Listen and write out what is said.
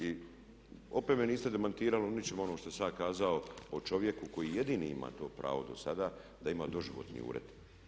I opet me niste demantirali u ničemu onom što sam ja kazao o čovjeku koji jedini ima to pravo do sada da ima doživotni ured.